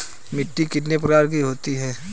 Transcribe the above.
मिट्टी कितने प्रकार की होती हैं?